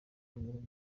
binyuranye